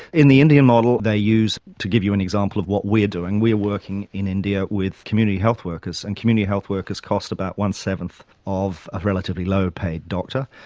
in the indian model they use, to give you an example of what we're doing, we're working in india with community health workers, and community health workers cost about one-seventh of a relatively low-paid doctor.